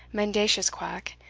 mendacious quack,